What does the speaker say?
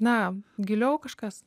na giliau kažkas